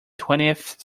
twentieth